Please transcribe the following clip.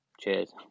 cheers